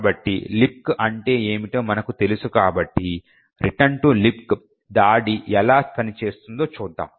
కాబట్టి లిబ్క్ అంటే ఏమిటో మనకు తెలుసు కాబట్టి రిటర్న్ టు లిబ్క్ దాడి ఎలా పనిచేస్తుందో చూద్దాం